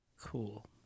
cool